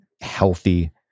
healthy